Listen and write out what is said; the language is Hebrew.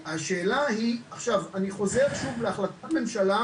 עכשיו אני חוזר שוב להחלטת ממשלה